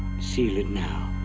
seal it now.